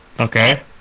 Okay